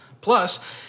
Plus